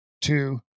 two